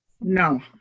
No